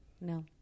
No